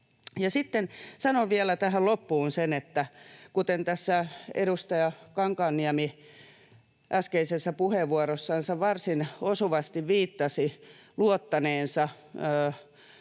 sanon vielä tähän loppuun sen — kuten tässä edustaja Kankaanniemi äskeisessä puheenvuorossansa varsin osuvasti viittasi luottaneensa työmarkkina-